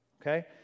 Okay